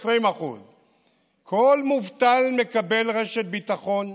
אז 20%. כל מובטל מקבל רשת ביטחון,